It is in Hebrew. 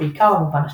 בעיקר במובן השלילי.